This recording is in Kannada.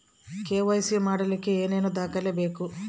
ಕೆ.ವೈ.ಸಿ ಮಾಡಲಿಕ್ಕೆ ಏನೇನು ದಾಖಲೆಬೇಕು?